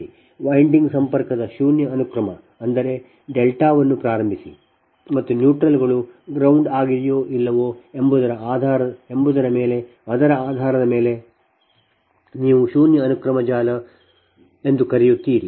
winding ಸಂಪರ್ಕದ ಶೂನ್ಯ ಅನುಕ್ರಮ ಎಂದರೆ ಡೆಲ್ಟಾವನ್ನು ಪ್ರಾರಂಭಿಸಿ ಮತ್ತು ನ್ಯೂಟ್ರಲ್ಗಳು ground ಆಗಿದೆಯೋ ಇಲ್ಲವೋ ಎಂಬುದರ ಮೇಲೆ ಅದರ ಆಧಾರದ ಮೇಲೆ ನೀವು ಶೂನ್ಯ ಅನುಕ್ರಮ ಜಾಲ ಎಂದು ಕರೆಯುತ್ತೀರಿ